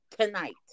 Tonight